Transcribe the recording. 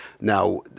Now